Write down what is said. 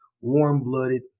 warm-blooded